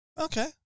Okay